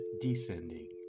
descending